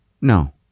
no